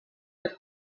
but